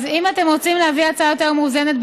אם אתם רוצים להביא הצעה יותר מאוזנת,